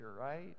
right